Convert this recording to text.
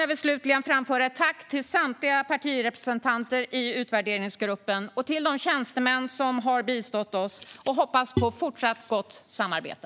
Jag vill slutligen framföra ett tack till samtliga partirepresentanter i utvärderingsgruppen och till de tjänstemän som har bistått oss. Jag hoppas på ett fortsatt gott samarbete.